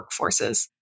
workforces